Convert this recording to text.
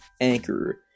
Anchor